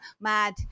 mad